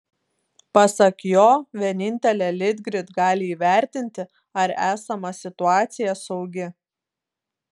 pasak jo vienintelė litgrid gali įvertinti ar esama situacija saugi